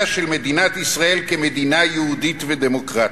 של מדינת ישראל כמדינה יהודית ודמוקרטית,